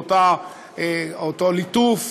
לאותו ליטוף.